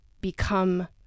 become